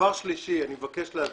דבר שלישי, אני מבקש להדגיש.